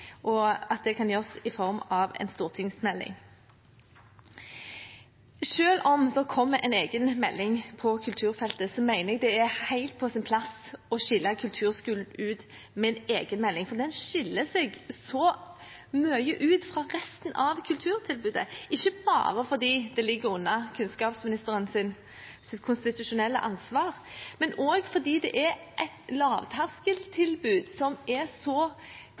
og at det kan gjøres i form av en stortingsmelding. Selv om det kommer en egen melding på kulturfeltet, mener jeg det er helt på sin plass å skille ut kulturskolen med en egen melding. Den skiller seg så mye ut fra resten av kulturtilbudet, ikke bare fordi den ligger under kunnskapsministerens konstitusjonelle ansvar, men også fordi det er et lavterskeltilbud som er